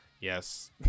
Yes